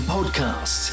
Podcast